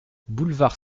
boulevard